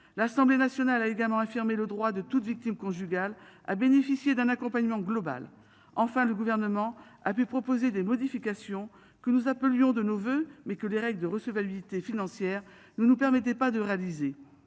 l'Assemblée nationale a également affirmé le droit de toute victime conjugal à bénéficier d'un accompagnement global. Enfin, le gouvernement a pu proposer des modifications que nous appelions de nos voeux mais que les règles de recevabilité financière nous nous permettait pas de réaliser.